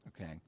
Okay